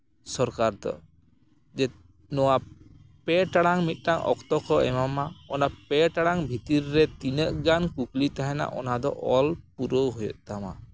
ᱥᱚᱨᱠᱟᱨ ᱫᱚ ᱡᱮ ᱱᱚᱣᱟ ᱯᱮ ᱴᱟᱲᱟᱝ ᱢᱤᱫᱴᱟᱱ ᱚᱠᱛᱚ ᱠᱚ ᱮᱢᱟᱢᱟ ᱚᱱᱟ ᱯᱮ ᱴᱟᱲᱟᱝ ᱵᱷᱤᱛᱤᱨ ᱨᱮ ᱛᱤᱱᱟᱹᱜ ᱜᱟᱱ ᱠᱩᱠᱞᱤ ᱛᱟᱦᱮᱱᱟ ᱚᱱᱟ ᱫᱚ ᱚᱞ ᱯᱩᱨᱟᱹᱣ ᱦᱩᱭᱩᱜ ᱛᱟᱢᱟ